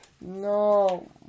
No